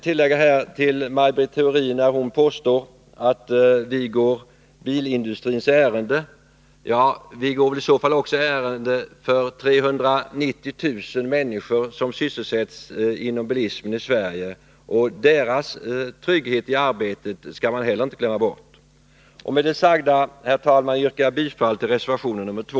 När Maj Britt Theorin påstår att vi moderater går bilindustrins ärende, får jag väl tillägga att vi i så fall går ärende för 390 000 människor som sysselsätts inom bilismen i Sverige — deras trygghet i arbetet skall man heller inte glömma bort. Med det sagda, herr talman, yrkar jag bifall till reservation nr 2.